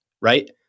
Right